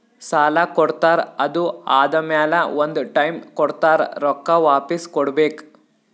ಸಾಲಾ ಕೊಡ್ತಾರ್ ಅದು ಆದಮ್ಯಾಲ ಒಂದ್ ಟೈಮ್ ಕೊಡ್ತಾರ್ ರೊಕ್ಕಾ ವಾಪಿಸ್ ಕೊಡ್ಬೇಕ್